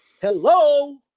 Hello